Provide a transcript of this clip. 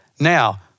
Now